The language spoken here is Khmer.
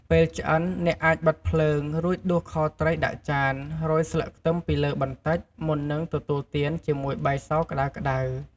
ពេលឆ្អិន អ្នកអាចបិទភ្លើង រួចដួសខត្រីដាក់ចាន រោយស្លឹកខ្ទឹមពីលើបន្តិច មុននឹងទទួលទានជាមួយបាយសក្ដៅៗ។